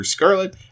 Scarlet